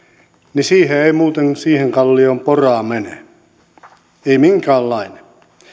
niin siihen kallioon ei muuten pora mene ei minkäänlainen